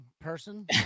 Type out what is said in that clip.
person